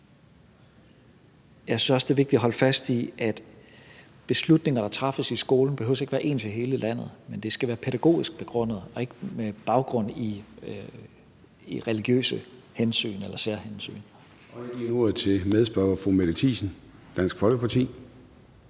Jeg synes også, det er vigtigt at holde fast i, at beslutninger, der træffes i skolen, ikke behøver være ens i hele landet, men de skal være pædagogisk begrundet og ikke med baggrund i religiøse hensyn eller særhensyn.